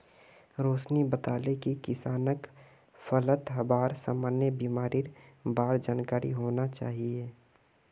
रोशिनी बताले कि किसानक फलत हबार सामान्य बीमारिर बार जानकारी होना चाहिए